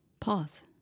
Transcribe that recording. Pause